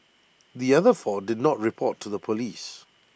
the other four did not report to Police